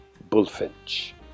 bullfinch